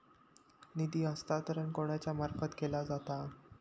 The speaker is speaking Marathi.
निधी हस्तांतरण कोणाच्या मार्फत केला जाता?